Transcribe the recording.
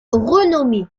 renommé